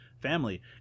family